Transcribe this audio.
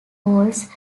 holds